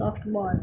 softball